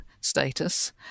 status